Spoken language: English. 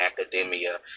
academia